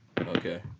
Okay